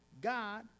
God